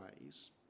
ways